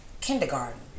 kindergarten